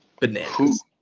bananas